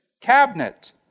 cabinet